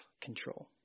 control